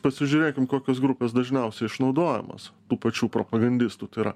pasižiūrėkim kokios grupės dažniausiai išnaudojamos tų pačių propagandistų tai yra